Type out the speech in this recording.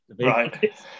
Right